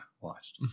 Watched